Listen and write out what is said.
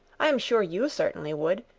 i am sure you certainly would.